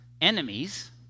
enemies